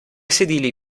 sedili